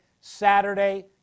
Saturday